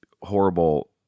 horrible